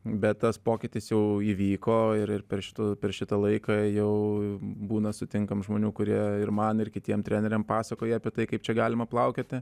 bet tas pokytis jau įvyko ir per ši per šitą laiką jau būna sutinkam žmonių kurie ir man ir kitiem treneriam pasakoja apie tai kaip čia galima plaukioti